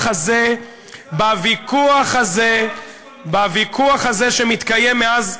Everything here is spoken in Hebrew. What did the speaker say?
לא על חשבון, בוויכוח הזה שמתקיים מאז,